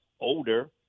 older